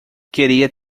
queria